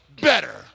better